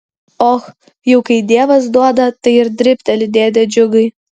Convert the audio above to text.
och jau kai dievas duoda tai ir dribteli dėde džiugai